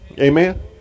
Amen